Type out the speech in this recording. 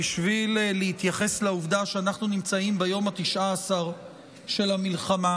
בשביל להתייחס לעובדה שאנחנו נמצאים ביום ה-19 של המלחמה,